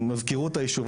מזכירות היישוב,